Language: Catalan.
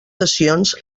sessions